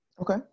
Okay